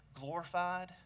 glorified